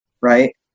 right